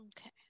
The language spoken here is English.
Okay